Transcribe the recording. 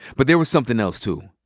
but there was something else, too.